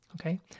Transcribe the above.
Okay